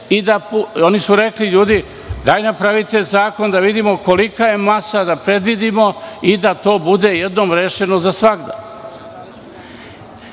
Oni su rekli – ljudi, dajte, napravite zakon da vidimo kolika je masa, da predvidimo i da to bude jednom rešeno za svagda.